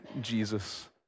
Jesus